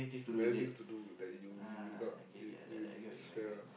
many things to do that you you will not you you wouldn't swear one